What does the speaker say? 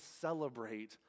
celebrate